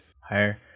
higher